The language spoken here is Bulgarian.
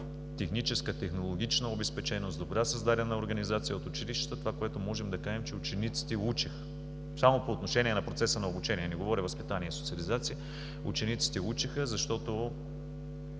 техническа, технологична обезпеченост, добре създадена организация от училищата, това, което можем да кажем, е, че учениците учеха. Само по отношение на процеса на обучение – не говоря за възпитание и социализация. Учениците учеха, защото